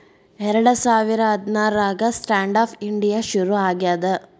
ಎರಡ ಸಾವಿರ ಹದ್ನಾರಾಗ ಸ್ಟ್ಯಾಂಡ್ ಆಪ್ ಇಂಡಿಯಾ ಶುರು ಆಗ್ಯಾದ